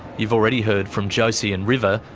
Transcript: you've already heard from josie and river,